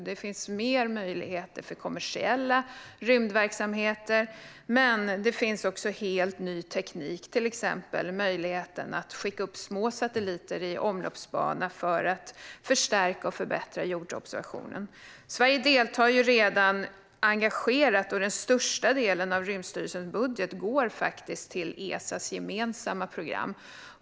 Det finns mer möjligheter för kommersiella rymdverksamheter, och det finns till exempel helt ny teknik, som möjligheten att skicka upp små satelliter i omloppsbana för att förstärka och förbättra jordobservationen. Sverige deltar redan engagerat i detta, och den största delen av Rymdstyrelsens budget går faktiskt till Esas gemensamma program.